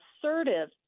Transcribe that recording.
assertive